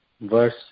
verse